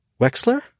wexler